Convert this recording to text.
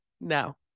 no